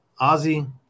ozzy